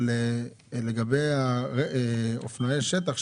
אבל לגבי אופנועי השטח,